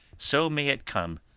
so may it come,